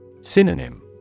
Synonym